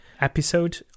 episode